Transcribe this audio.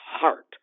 heart